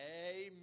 Amen